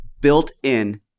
built-in